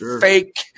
fake